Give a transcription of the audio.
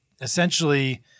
essentially